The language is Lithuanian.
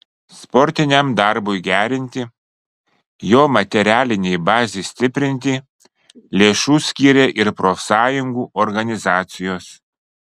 sportiniam darbui gerinti jo materialinei bazei stiprinti lėšų skyrė ir profsąjungų organizacijos